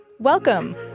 Welcome